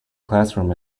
classroom